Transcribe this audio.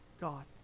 God